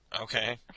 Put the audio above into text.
Okay